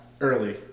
early